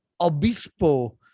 Obispo